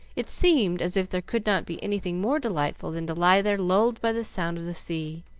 it seemed as if there could not be anything more delightful than to lie there lulled by the sound of the sea,